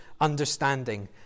understanding